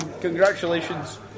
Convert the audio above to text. Congratulations